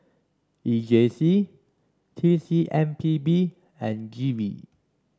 E J C T C M P B and G V